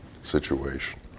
situation